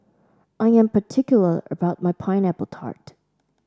I am particular about my Pineapple Tart